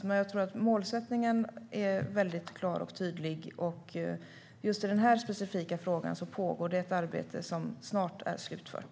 Men jag tror att målsättningen är mycket klar och tydlig, och just i den här specifika frågan pågår det ett arbete som snart är slutfört.